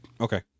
Okay